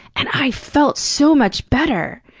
and i felt so much better!